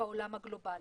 בעולם הגלובלי.